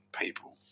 people